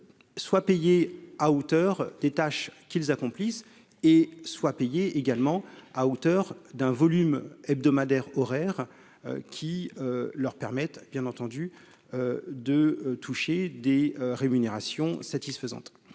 soit payé à hauteur des tâches qu'ils accomplissent et soit payé également à hauteur d'un volume hebdomadaire horaires qui leur permettent, bien entendu, de toucher des rémunérations satisfaisantes,